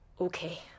Okay